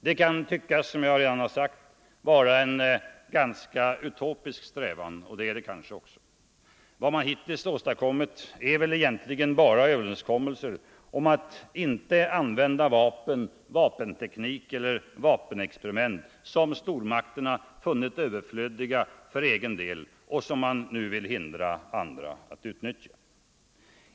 Det kan tyckas, som jag redan har sagt, vara en fåfäng strävan — och är det kanske också. Vad man hittills åstadkommit är väl egentligen bara överenskommelser om att inte använda vapen, vapenteknik och vapenexperiment som stormakterna funnit överflödiga för egen del men som man vill hindra andra att utnyttja.